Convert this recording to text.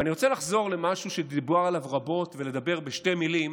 אני רוצה לחזור למשהו שדובר עליו רבות ולדבר בשתי מילים